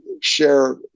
Share